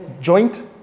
Joint